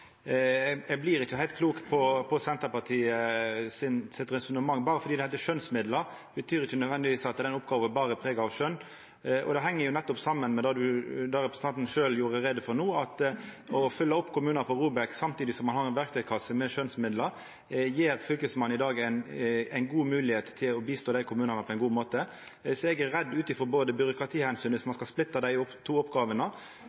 heilt klok på resonnementet til Senterpartiet. Berre fordi det heiter «skjønsmidlar», betyr ikkje det nødvendigvis at den oppgåva berre er prega av skjøn. Det heng nettopp saman med det representanten sjølv gjorde greie for no, at å følgja opp kommunar på ROBEK samtidig som ein har ei verktøykasse med skjønsmidlar, gjev Fylkesmannen i dag ei god moglegheit til å hjelpa dei kommunane på ein god måte. Eg er redd